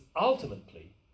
ultimately